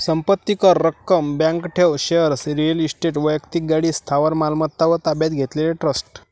संपत्ती कर, रक्कम, बँक ठेव, शेअर्स, रिअल इस्टेट, वैक्तिक गाडी, स्थावर मालमत्ता व ताब्यात घेतलेले ट्रस्ट